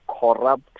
corrupt